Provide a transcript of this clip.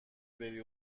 بری